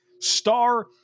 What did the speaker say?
star